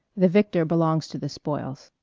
the victor belongs to the spoils.